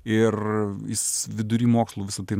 ir jis vidury mokslų visa tai